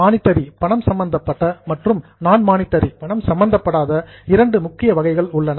monetary பணம் சம்பந்தப்பட்ட மற்றும் நான் மானிட்டரி பணம் சம்பந்தப்படாத இரண்டு முக்கிய வகைகள் உள்ளன